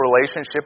relationship